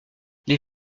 les